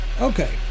Okay